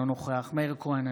אינו נוכח מאיר כהן,